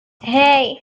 hey